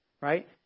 right